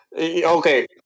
Okay